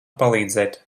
palīdzēt